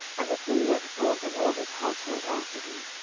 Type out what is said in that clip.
and the king went forth, and all his household after him.